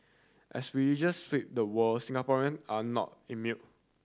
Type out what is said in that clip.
as religious sweep the world Singaporean are not immune